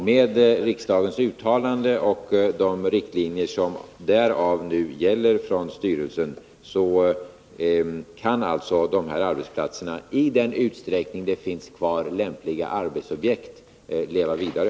Men med riksdagens uttalande och de riktlinjer som lämnats av styrelsen med anledning därav och som nu gäller kan alltså förläggningarna, i den utsträckning det finns kvar lämpliga arbetsobjekt, leva vidare.